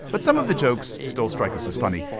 but some of the jokes still strike us as funny.